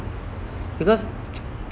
because